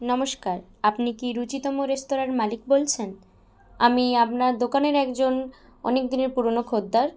নমস্কার আপনি কি রুচিতম রেস্তোরাঁর মালিক বলছেন আমি আপনার দোকানের একজন অনেক দিনের পুরনো খদ্দের